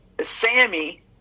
Sammy